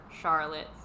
Charlotte